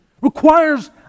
requires